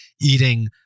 eating